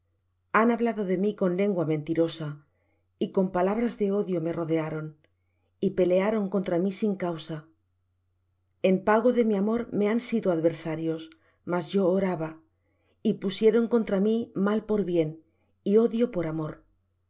han hablado de mí con lengua mentirosa y con palabras de odio me rodearon y pelearon contra mí sin causa en pago de mi amor me han sido adversarios mas yo oraba y pusieron contra mí mal por bien y odio por amor